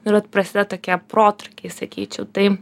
ir vat prasideda tokie protrūkiai sakyčiau tai